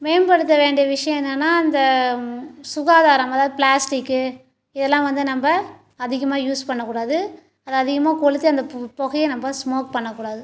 மேம்படுத்த வேண்டிய விஷயம் என்னென்னா இந்த சுகாதாரம் அதாவது பிளாஸ்டிக்கு இதெல்லாம் வந்து நம்ப அதிகமாக யூஸ் பண்ணக் கூடாது அதை அதிகமாக கொளுத்தி அந்த பு புகைய நம்ப ஸ்மோக் பண்ணக் கூடாது